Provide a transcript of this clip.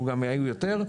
גם היה יותר,